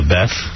Beth